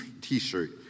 T-shirt